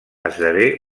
esdevé